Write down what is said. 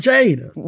Jada